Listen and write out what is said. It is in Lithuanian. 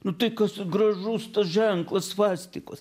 nu tai kas gražus tas ženklas svastikos